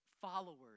followers